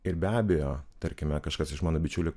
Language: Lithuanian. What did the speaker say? ir be abejo tarkime kažkas iš mano bičiulių